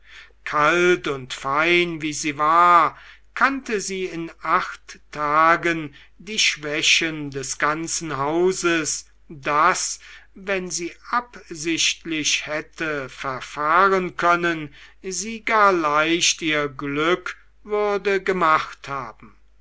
kalt und fein wie sie war kannte sie in acht tagen die schwächen des ganzen hauses daß wenn sie absichtlich hätte verfahren können sie gar leicht ihr glück würde gemacht haben